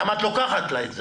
למה את לוקחת לה את זה?